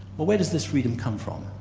well where does this reading come from?